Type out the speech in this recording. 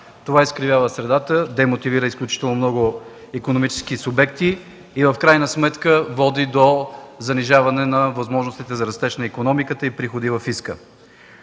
Това изкривява средата, демотивира изключително много икономически субекти и в крайна сметка води до занижаване на възможностите за растеж на икономиката и приходи във фиска.